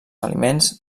aliments